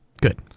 Good